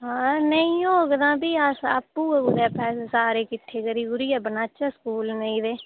हां नेईं होग तां भी अस आपूं गै कुतै पैसे सारे किट्ठै करी कुरियै बनाह्चै स्कूल नेईं ते